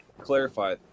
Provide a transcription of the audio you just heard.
clarify